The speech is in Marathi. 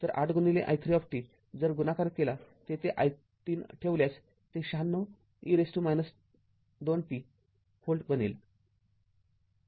तर८i३ जर गुणाकार केला तेथे i३ ठेवल्यास ते ९६ e २t व्होल्ट बनेल